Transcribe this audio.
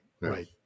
Right